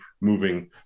moving